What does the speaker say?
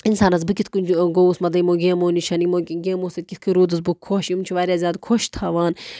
اِنسانَس بہٕ کِتھٕ کٔنۍ گوٚوُس مطلب یِمو گیمو نِش یِمو گیمو سۭتۍ کِتھٕ کٔنۍ روٗدُس بہٕ خۄش یِم چھِ واریاہ زیادٕ خۄش تھاوان